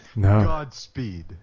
Godspeed